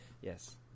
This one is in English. Yes